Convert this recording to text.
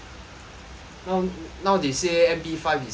now now they say M_P five is the